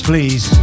Please